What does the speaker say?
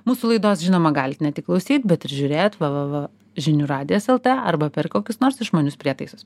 mūsų laidos žinoma galit ne tik klausyt bet ir žiūrėt v v v žinių radijas lt arba per kokius nors išmanius prietaisus